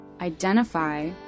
identify